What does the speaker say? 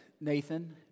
Nathan